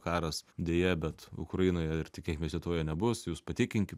karas deja bet ukrainoje ir tikėkimės lietuvoje nebus jūs patikinkit